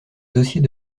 dossiers